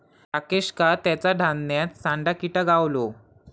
राकेशका तेच्या धान्यात सांडा किटा गावलो